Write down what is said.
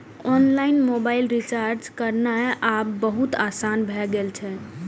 online mobile recharge करनाय आब बहुत आसान भए गेल छै